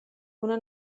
una